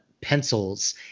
pencils